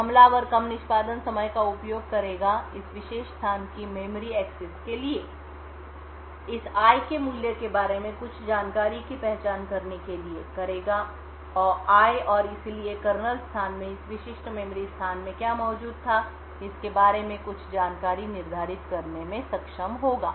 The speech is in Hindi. अब हमलावर कम निष्पादन समय का उपयोग करेगा इस विशेष स्थान की मेमोरी एक्सेस के लिए इस i के मूल्य के बारे में कुछ जानकारी की पहचान करने के लिए करेगा i और इसलिए कर्नेल स्थान में इस विशिष्ट मेमोरी स्थान में क्या मौजूद था इस के बारे में कुछ जानकारी निर्धारित करने में सक्षम होगा